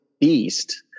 beast